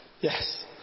yes